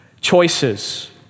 choices